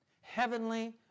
heavenly